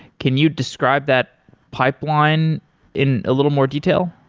can you describe that pipeline in a little more detail?